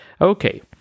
Okay